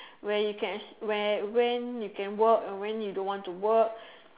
where you can actual where when you can work and when you don't want to work